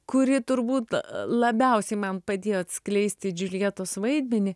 kuri turbūt labiausiai man padėjo atskleisti džiuljetos vaidmenį